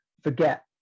forget